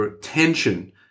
tension